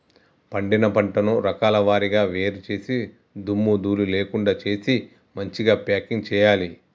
పండిన పంటను రకాల వారీగా వేరు చేసి దుమ్ము ధూళి లేకుండా చేసి మంచిగ ప్యాకింగ్ చేయాలి